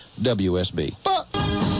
WSB